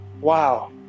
Wow